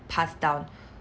passed down